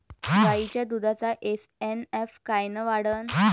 गायीच्या दुधाचा एस.एन.एफ कायनं वाढन?